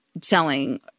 selling